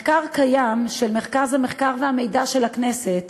מחקר קיים של מרכז המחקר והמידע של הכנסת